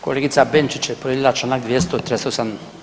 Kolegica Benčić je povrijedila članak 238.